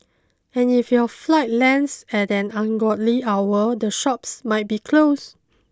and if your flight lands at an ungodly hour the shops might be closed